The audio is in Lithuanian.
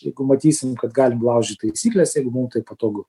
jeigu matysim kad galim laužyt taisykles jeigu mum tai patogu